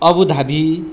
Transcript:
Abu Dhabi